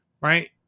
right